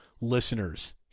listeners